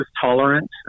tolerant